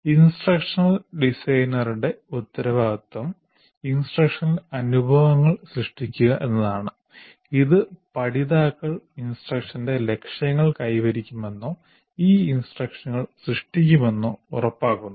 instructional ഡിസൈനറുടെ ഉത്തരവാദിത്തം instructional അനുഭവങ്ങൾ സൃഷ്ടിക്കുക എന്നതാണ് ഇത് പഠിതാക്കൾ ഇൻസ്ട്രക്ഷന്റെ ലക്ഷ്യങ്ങൾ കൈവരിക്കുമെന്നോ ഈ ഇൻസ്ട്രക്ഷനുകൾ സൃഷ്ടിക്കുമെന്നോ ഉറപ്പാക്കുന്നു